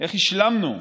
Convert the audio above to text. איך השלמנו,